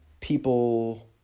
people